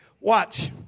Watch